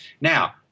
Now